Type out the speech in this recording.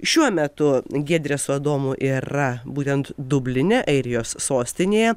šiuo metu giedrė su adomu yra būtent dubline airijos sostinėje